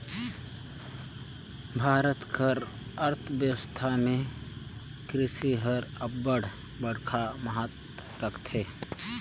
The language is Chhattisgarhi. भारत कर अर्थबेवस्था में किरसी हर अब्बड़ बड़खा महत राखथे